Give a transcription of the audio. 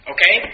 Okay